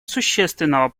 существенного